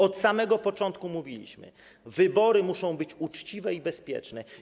Od samego początku mówiliśmy: wybory muszą być uczciwe i bezpieczne.